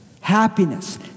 happiness